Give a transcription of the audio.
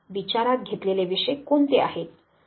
विचारात घेतलेले विषय कोणते आहेत